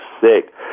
sick